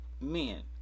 men